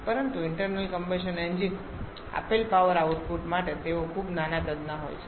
તેથી internal combustion engine આપેલ power output માટે તેઓ ખૂબ નાના કદના હોય છે